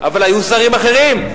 אבל היו שרים אחרים,